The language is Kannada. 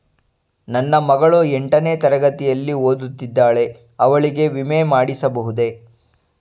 ನನ್ನ ಮಗಳು ಎಂಟನೇ ತರಗತಿಯಲ್ಲಿ ಓದುತ್ತಿದ್ದಾಳೆ ಅವಳಿಗೆ ವಿಮೆ ಮಾಡಿಸಬಹುದೇ?